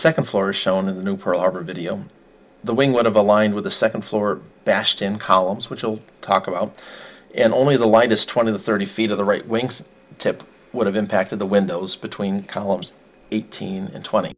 second floor shown in the new pearl harbor video the wing would have aligned with the second floor bashed in columns which we'll talk about and only the lightest twenty to thirty feet of the right wing tip would have impacted the windows between columns eighteen and twenty